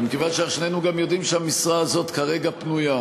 ומכיוון ששנינו גם יודעים שהמשרה הזאת כרגע פנויה,